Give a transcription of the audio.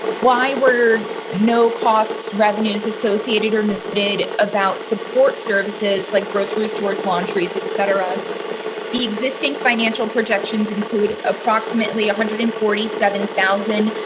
why were no costs revenues associated, or noted about support services like grocery stores, lawn, trees, et cetera the existing financial projections include approximately one hundred and forty seven thousand,